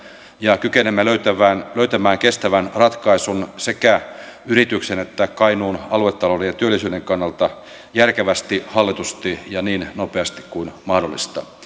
ja kykenemme löytämään löytämään kestävän ratkaisun sekä yrityksen että kainuun aluetalouden ja työllisyyden kannalta järkevästi hallitusti ja niin nopeasti kuin mahdollista